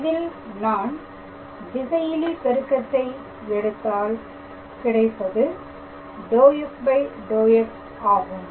இதில் நான் திசையிலி பெருக்கத்தை எடுத்தால் கிடைப்பது ∂f∂x ஆகும்